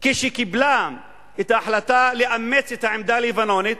כשקיבלה את ההחלטה לאמץ את העמדה הלבנונית,